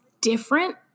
different